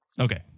Okay